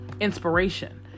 inspiration